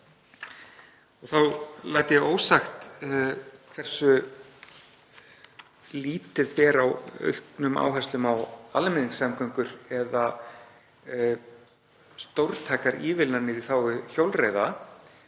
Þá læt ég ósagt hversu lítið ber á aukinni áherslu á almenningssamgöngur eða stórtækar ívilnanir í þágu hjólreiða,